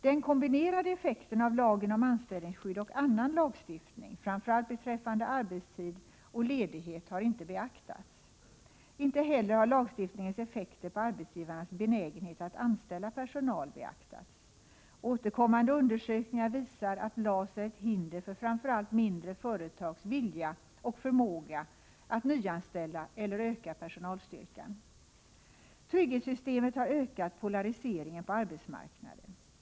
Den kombinerade effekten av lagen om anställningsskydd och annan lagstiftning, framför allt beträffande arbetstid och ledighet, har inte beaktats. Inte heller har lagstiftningens effekter på arbetsgivarnas benägenhet att anställa personal beaktats. Återkommande undersökningar visar att LAS är ett hinder för framför allt mindre företags vilja och förmåga att nyanställa eller öka personalstyrkan. Trygghetssystemet har ökat polariseringen på arbetsmarknaden.